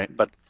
but